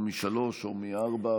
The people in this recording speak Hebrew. או מ-15:00 או מ-16:00,